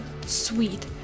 sweet